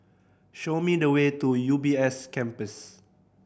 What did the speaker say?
show me the way to U B S Campus